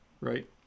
Right